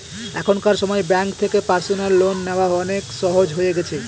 এখনকার সময় ব্যাঙ্ক থেকে পার্সোনাল লোন নেওয়া অনেক সহজ হয়ে গেছে